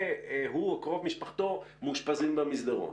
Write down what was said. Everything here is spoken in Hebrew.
הוא או קרוב משפחתו מאושפזים במסדרון.